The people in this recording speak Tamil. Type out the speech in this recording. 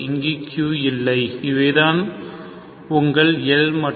இங்கு Q இல்லை இவை தான் உங்கள் L மற்றும்